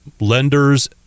lenders